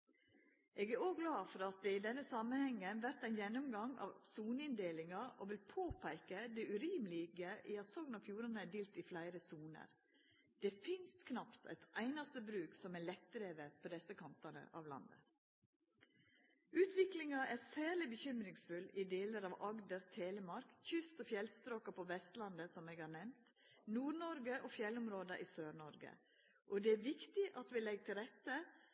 Eg er òg glad for at det i denne samanhengen vert ein gjennomgang av soneinndelinga, og vil påpeika det urimelege i at Sogn og Fjordane er delt i fleire soner. Det finst knapt eit einaste bruk som er lettdrive på desse kantane av landet. Utviklinga er særleg bekymringsfull i delar av Agder og Telemark, kyst- og fjordstrøka på Vestlandet, som eg har nemnt, Nord-Noreg og fjellområda i Sør-Noreg, og det er viktig at vi legg til rette